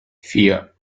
vier